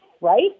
Right